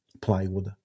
plywood